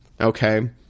Okay